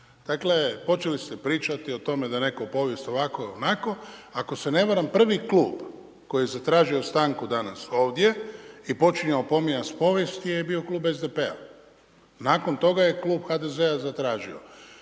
Dakle, počeli ste pričati o tome da neko povijest ovako i onako. Ako se ne varam prvi klub koji je zatražio stanku danas ovdje i počinjao spominjati povijest je bio Klub SDP-a, nakon toga je Klub HDZ-a zatražio.